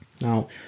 Now